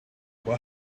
what